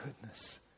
goodness